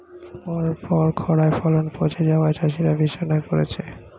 পরপর খড়ায় ফলন পচে যাওয়ায় চাষিরা বিষণ্ণ হয়ে পরেছে